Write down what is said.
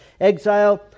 exile